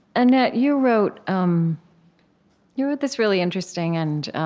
annette, you wrote um you wrote this really interesting and